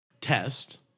test